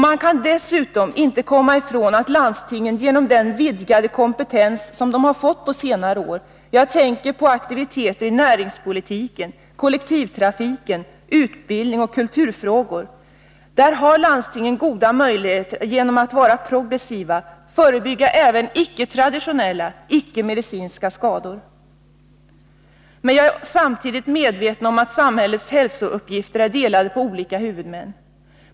Man kan dessutom inte komma ifrån att landstingen genom den vidgade kompetens som de har fått på senare år — jag tänker på aktivitet när det gäller näringspolitiken, kollektivtrafiken, utbildningsoch kulturfrågor — har goda möjligheter att, genom att vara progressiva, förebygga även icke traditionella, icke medicinska skador. Jag är emellertid samtidigt medveten om att samhällets hälsouppgifter är delade på olika huvudmän.